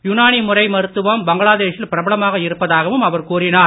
யுனானி முறை மருத்துவம் பங்களாதேஷில் அவர் பிரபலமாக இருப்பதாகவும் அவர் கூறினார்